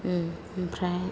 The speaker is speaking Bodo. ओमफ्राय